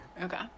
okay